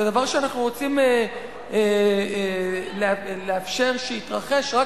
זה דבר שאנחנו רוצים לאפשר שיתרחש רק